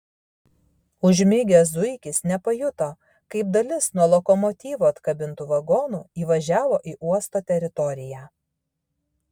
užmigęs zuikis nepajuto kaip dalis nuo lokomotyvo atkabintų vagonų įvažiavo į uosto teritoriją